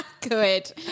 Good